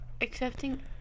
accepting